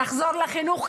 נחזור לחינוך,